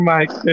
Mike